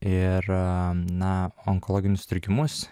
ir na onkologinius sutrikimus